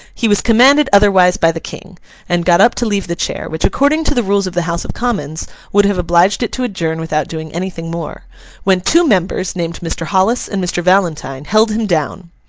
he was commanded otherwise by the king and got up to leave the chair which, according to the rules of the house of commons would have obliged it to adjourn without doing anything more when two members, named mr. hollis and mr. valentine, held him down.